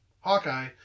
Hawkeye